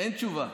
אין תשובה.